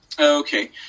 Okay